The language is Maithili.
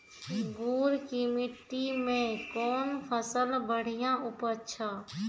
गुड़ की मिट्टी मैं कौन फसल बढ़िया उपज छ?